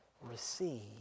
receive